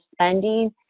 spending